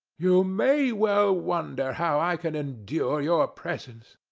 you may well wonder how i can endure your presence.